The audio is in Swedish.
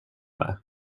med